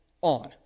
on